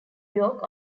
york